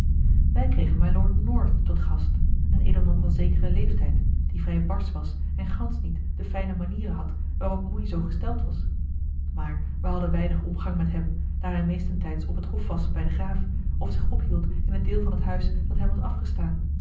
wij kregen mylord north tot gast een edelman van zekeren leeftijd die vrij barsch was en gansch niet de fijne manieren had waarop moei zoo gesteld was maar wij hadden weinig omgang met hem daar hij meestentijds op het hof was bij den graaf of zich ophield in het deel van het huis dat hem was afgestaan